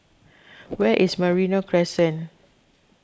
where is Merino Crescent